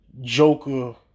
Joker